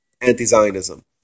anti-Zionism